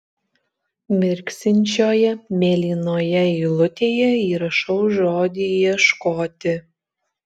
mirksinčioje mėlynoje eilutėje įrašau žodį ieškoti